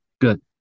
Good